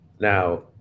Now